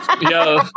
Yo